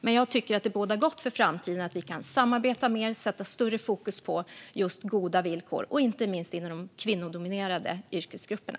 Men jag tycker att det bådar gott inför framtiden att vi kan samarbeta mer och sätta större fokus på goda villkor, inte minst inom de kvinnodominerade yrkesgrupperna.